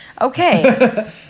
Okay